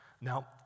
Now